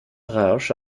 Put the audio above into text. rauch